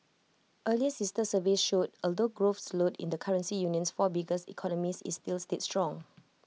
earlier sister surveys showed although growth slowed in the currency union's four biggest economies IT still stayed strong